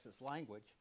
language